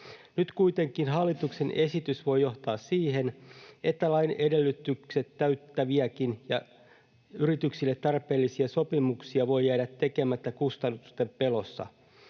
Nyt kuitenkin hallituksen esitys voi johtaa siihen, että lain edellytykset täyttäviäkin ja yrityksille tarpeellisia sopimuksia voi jäädä tekemättä kustannusten pelossa.